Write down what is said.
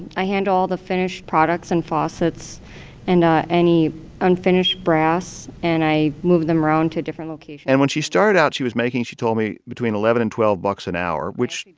i handle all the finished products and faucets and any unfinished brass, and i move them around to different locations and when she started out, she was making, she told me, between eleven and twelve bucks an hour, which,